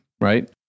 right